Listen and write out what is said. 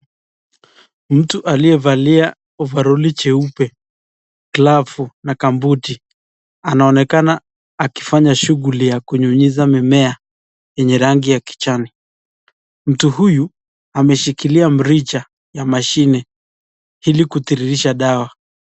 Mtu aliyevalia ovaroli jeupe, glavu na gumbuti anaonekana akifanya shughuli ye kunyuynyiza mimea yenye rangi ya kijani. Mtu huyu ameshikilia mrija ya mashine ili kutiririsha dawa.